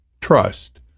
trust